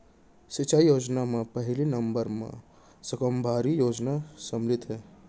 सिंचई योजना म पहिली नंबर म साकम्बरी योजना सामिल हे